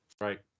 Right